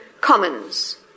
commons